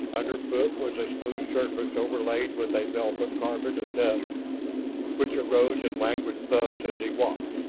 underfoot was a smooth surface overlaid with a velvet carpet of dust which arose in languid puffs as he walked.